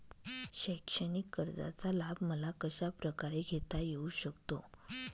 शैक्षणिक कर्जाचा लाभ मला कशाप्रकारे घेता येऊ शकतो?